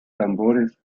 tambores